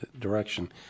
direction